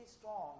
strong